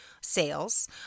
sales